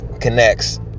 connects